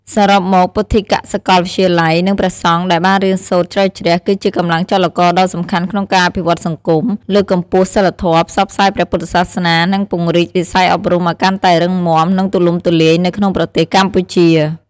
សរុបមក ពុទ្ធិកសាកលវិទ្យាល័យ និងព្រះសង្ឃដែលបានរៀនសូត្រជ្រៅជ្រះ គឺជាកម្លាំងចលករដ៏សំខាន់ក្នុងការអភិវឌ្ឍសង្គម លើកកម្ពស់សីលធម៌ ផ្សព្វផ្សាយព្រះពុទ្ធសាសនា និងពង្រីកវិស័យអប់រំឱ្យកាន់តែរឹងមាំ និងទូលំទូលាយនៅក្នុងប្រទេសកម្ពុជា។